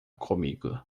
comigo